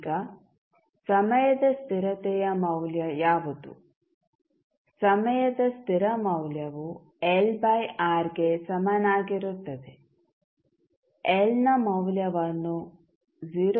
ಈಗ ಸಮಯದ ಸ್ಥಿರತೆಯ ಮೌಲ್ಯ ಯಾವುದು ಸಮಯದ ಸ್ಥಿರ ಮೌಲ್ಯವು L ಬೈ R ಗೆ ಸಮನಾಗಿರುತ್ತದೆ L ನ ಮೌಲ್ಯವನ್ನು 0